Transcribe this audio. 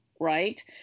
right